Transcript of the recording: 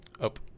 Up